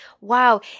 Wow